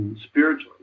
spiritually